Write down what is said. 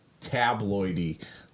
tabloidy